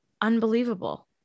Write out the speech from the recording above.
unbelievable